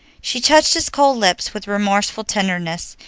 she touched his cold lips with remorseful tenderness,